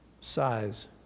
size